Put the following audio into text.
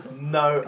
No